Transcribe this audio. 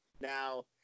Now